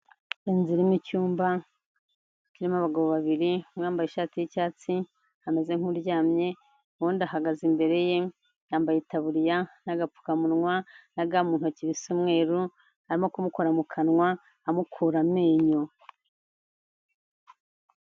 Inzu irimo icyumba harimo abagabo babiri uwambaye ishati y'icyatsi ameze nk'uryamye uwundi ahagaze imbere ye yambaye itaburiya n'agapfukamunwa na ga mu ntoki bisa n'umweru arimo kumukora mu kanwa amukura amenyo.